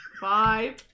Five